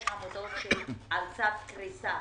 יש עמותות שהן על סף קריסה.